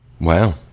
Wow